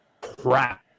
crap